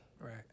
Right